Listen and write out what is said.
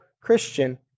Christian